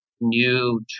new